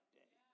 day